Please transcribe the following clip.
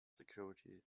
security